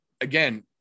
again